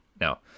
Now